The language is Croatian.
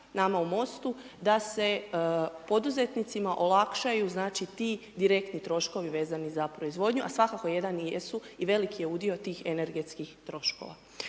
nama u MOST-u, da se poduzetnicima olakšaju znači, ti direktni troškovi vezano uz proizvodnju, a svakako jedan i jesu, i veliki je udio tih energetskih troškova.